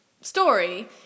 story